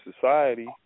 society